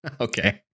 Okay